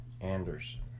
Anderson